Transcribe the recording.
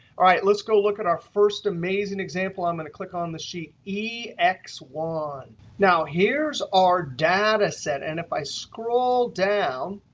all right. let's go look at our first amazing example. i'm going to click on the sheet ex one. now, here's our data set. and if i scroll down,